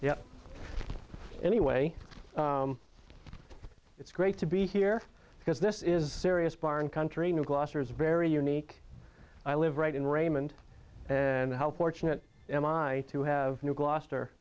anyway it's great to be here because this is serious byron country new gloucester is very unique i live right in raymond and how fortunate am i to have new gloucester